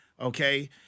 okay